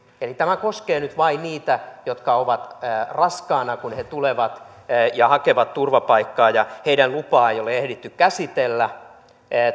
eli tämä koskee nyt vain niitä äitejä jotka ovat raskaana kun tulevat hakevat turvapaikkaa ja joiden lupaa ei ole ehditty käsitellä